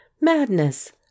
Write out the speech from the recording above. Madness